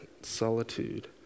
solitude